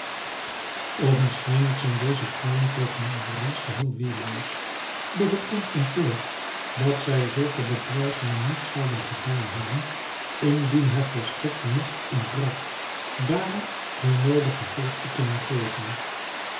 oogenschijnlijk zijn deze vrouwen tegenover ons geheel weêrloos doch het komt mij voor dat zij zulke bedreigingen niet zouden gedaan hebben indien haar volstrekt de magt ontbrak daaraan zoo noodig gevolg te kunnen geven